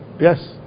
Yes